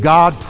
God